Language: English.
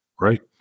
Right